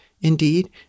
Indeed